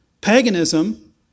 Paganism